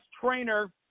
trainer